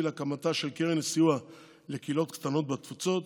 להקמתה של קרן לסיוע לקהילות קטנות בתפוצות,